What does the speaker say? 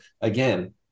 again